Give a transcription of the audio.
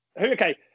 Okay